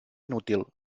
inútil